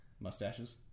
Mustaches